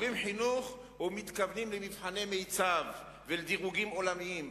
אומרים חינוך ומתכוונים למבחני מיצ"ב ולדירוגים עולמיים,